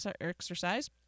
exercise